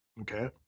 Okay